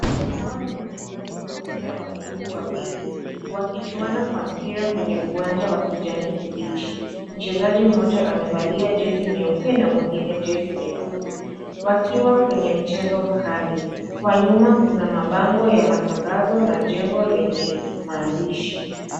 Hawa ni wachezaji wa mpira wa miguu wawili, wakichuana kwa mpira kwenye uwanja wa kijanikibichi. Mchezaji mmoja amevalia jezi nyeupe na mwingine jezi nyekundu. Wakiwa kwenye mchezo mkali. Kwa nyuma kuna mabango yenye matangazo na jengo lenye maandishi.